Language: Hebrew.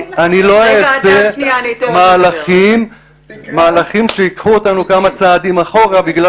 אני לא אעשה מהלכים שייקחו אותנו כמה צעדים אחורה בגלל